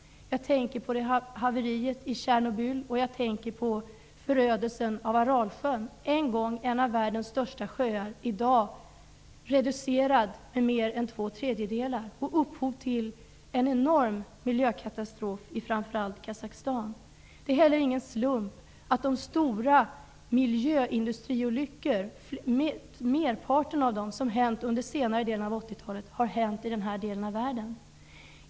Jag tänker på kärnkraftshaveriet i Tjernobyl och jag tänker på förödelsen av Arabsjön. Den var en gång en av världens största sjöar, i dag är den reducerad med mer än två tredjedelar och upphov till en enorm miljökatastrof i framför allt Kazakstan. Det är heller ingen slump att merparten av de stora miljöindustriolyckor som hänt under senare delen av 1980-talet har hänt i den här delen av världen.